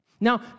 Now